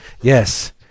Yes